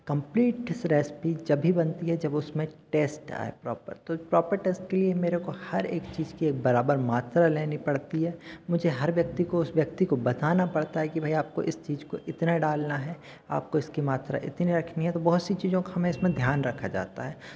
complete recipe जब भी बनती है जब उसमें टेस्ट आये प्रॉपर तो प्रॉपर टेस्ट के लिये मेरे को हर एक चीज़ की एक बराबर मात्रा लेनी पड़ती है मुझे हर व्यक्ति को उस व्यक्ति को बताना पड़ता है कि भाई आपको इस चीज़ को इतना डालना है आपको इसकी मात्रा इतनी रखनी है तो बहुत सी चीज़ों को हमें इसमें ध्यान रखा जाता है